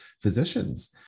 physicians